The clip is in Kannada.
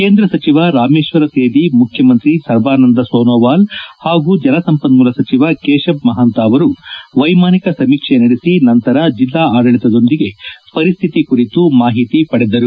ಕೇಂದ್ರ ಸಚಿವ ರಾಮೇಶ್ವರ ತೇಲಿ ಮುಖ್ಯಮಂತ್ರಿ ಸರ್ಬಾನಂದ ಸೋನೋವಾಲ್ ಹಾಗೂ ಜಲಸಂಪನ್ಮೂಲ ಸಚಿವ ಕೇಶಬ್ ಮಹಂತ ಅವರು ವೈಮಾನಿಕ ಸಮೀಕ್ಷೆ ನಡೆಸಿ ನಂತರ ಜಿಲ್ಡಾ ಆಡಳಿತದೊಂದಿಗೆ ಪರಿಸ್ಥಿತಿ ಕುರಿತು ಮಾಹಿತಿ ಪಡೆದರು